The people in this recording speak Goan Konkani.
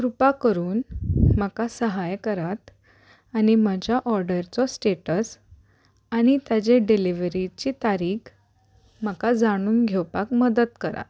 कृपा करून म्हाका सहाय करात आनी म्हज्या ऑर्डरचो स्टेटस आनी ताजे डिलिवरीची तारीख म्हाका जाणून घेवपाक मदत करात